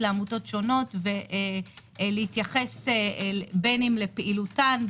לעמותות שונות ולהתייחס בין אם לפעילותן,